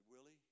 Willie